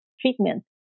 treatment